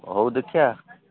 ହଉ ଦେଖିବା